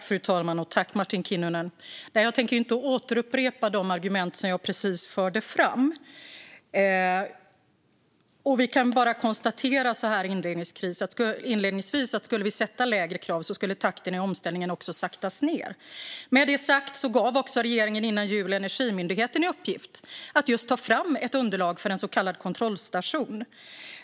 Fru talman! Jag tänker inte upprepa de argument jag precis förde fram. Vi kan bara inledningsvis konstatera att om vi skulle sätta lägre krav skulle takten i omställningen också sakta ned. Med detta sagt gav regeringen innan jul Energimyndigheten i uppgift att just ta fram ett underlag för en så kallad kontrollstation.